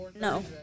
No